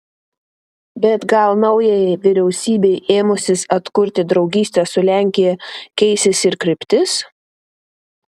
bet gal naujajai vyriausybei ėmusis atkurti draugystę su lenkija keisis ir kryptis